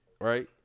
Right